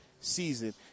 season